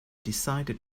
decided